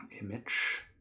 image